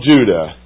Judah